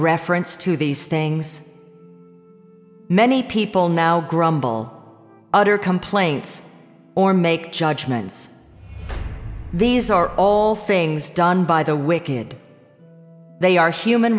reference to these things many people now grumble utter complaints or make judgments these are all things done by the wiki good they are human